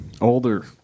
Older